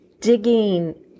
digging